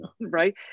right